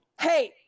Hey